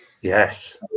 Yes